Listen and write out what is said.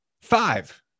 five